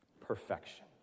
Perfection